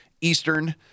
Eastern